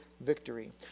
victory